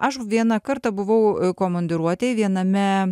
aš vieną kartą buvau komandiruotėj viename